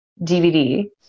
DVD